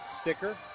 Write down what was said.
Sticker